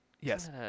Yes